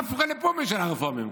עפרא לפומיה של הרפורמים.